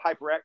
hyperactive